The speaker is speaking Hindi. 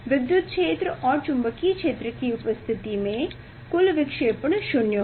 विद्युत क्षेत्र और चुंबकीय क्षेत्र की उपस्थिति में कुल विक्षेपण 0 होगा